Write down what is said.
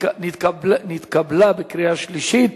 נתקבלה בקריאה שלישית